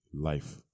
life